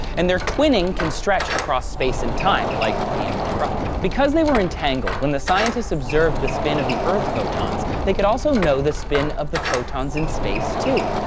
and their twinning can stretch across space and time like me and mark ruffalo. because they were entangled, when the scientists observed the spin of the earth-photons they could also know the spin of the photons in space too!